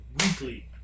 Weekly